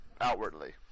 outwardly